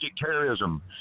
terrorism